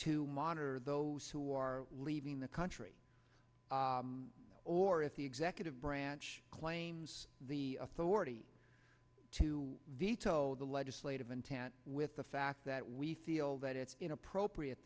to monitor those who are leaving the country or if the executive branch claims the authority to veto the legislative intent with the fact that we feel that it's inappropriate